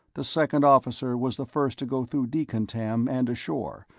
the second officer was the first to go through decontam and ashore,